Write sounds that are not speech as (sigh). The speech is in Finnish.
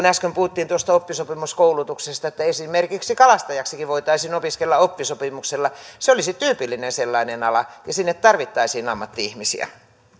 (unintelligible) äsken puhuttiin tuosta oppisopimuskoulutuksesta että esimerkiksi kalastajaksikin voitaisiin opiskella oppisopimuksella se olisi tyypillinen sellainen ala ja sinne tarvittaisiin ammatti ihmisiä